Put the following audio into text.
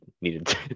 needed